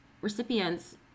recipients